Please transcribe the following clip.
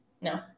No